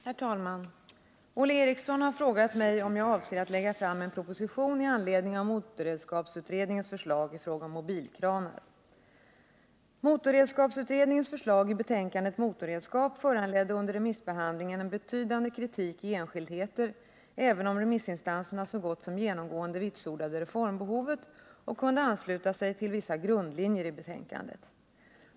Herr talman! Olle Eriksson har frågat mig om jag avser att lägga fram en proposition i anledning av motorredskapsutredningens förslag i fråga om mobilkranar. Motorredskapsutredningens förslag i betänkandet Motorredskap föranledde under remissbehandlingen en betydande kritik i enskildheter, även om remissinstanserna så gott som genomgående vitsordade reformbehovet och kunde ansluta sig till vissa grundlinjer i betänkandet.